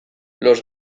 los